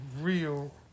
Real